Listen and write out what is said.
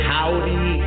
Howdy